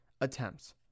attempts